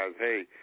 hey